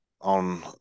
on